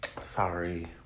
sorry